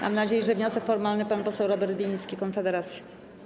Mam nadzieję, że wniosek formalny, pan poseł Robert Winnicki, Konfederacja.